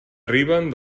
arriben